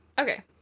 Okay